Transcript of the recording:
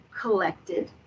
collected